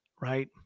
right